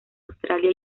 australia